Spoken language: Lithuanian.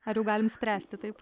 ar jau galim spręsti taip